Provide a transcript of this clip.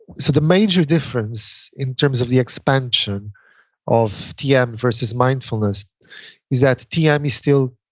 so the major difference in terms of the expansion of tm versus mindfulness is that tm is still